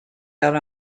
out